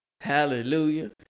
Hallelujah